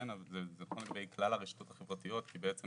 זה נכון לגבי כלל הרשתות החברתיות כי בעצם